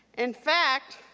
in fact,